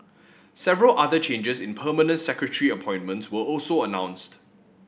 several other changes in permanent secretary appointments were also announced